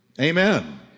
Amen